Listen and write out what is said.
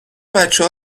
بچه